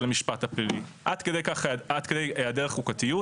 המשפט הפלילי עד כדי היעדר חוקתיות,